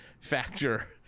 factor